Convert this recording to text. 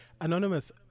Anonymous